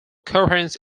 coherence